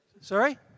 Sorry